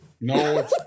No